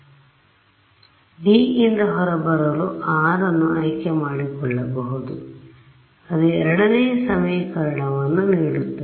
ಆದ್ದರಿಂದ D ಯಿಂದ ಹೊರಬರಲು r ನ್ನು ಆಯ್ಕೆ ಮಾಡಿಕೊಳ್ಳಬಹುದು ಆದ್ದರಿಂದ ಅದು ಎರಡನೇ ಸಮೀಕರಣವನ್ನು ನೀಡುತ್ತದೆ